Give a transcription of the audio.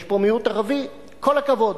יש פה מיעוט ערבי, כל הכבוד,